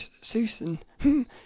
susan